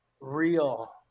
real